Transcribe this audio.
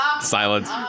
Silence